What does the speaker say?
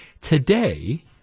today